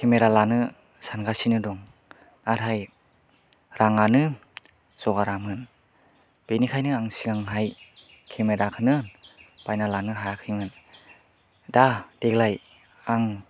camera लानो सानगासिनो दं नाथाय राङानो जगारामोन बेनिखायनो आं सिगांहाय केमेराखौनो बायना लानो हायाखैमोन दा देग्लाय आं